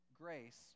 Grace